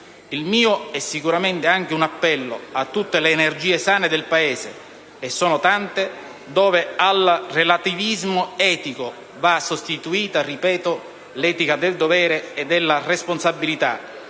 Il mio è sicuramente anche un appello a tutte le energie sane del Paese, e sono tante, dove al relativismo etico va sostituita - ripeto - l'etica del dovere e della responsabilità,